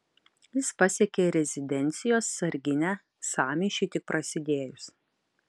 jis pasiekė rezidencijos sarginę sąmyšiui tik prasidėjus